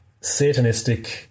satanistic